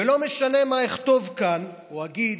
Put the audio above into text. לא משנה מה אכתוב כאן או אגיד,